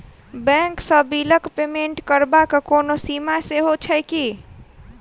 Bank सँ बिलक payment करबाक कोनो सीमा सेहो छैक की?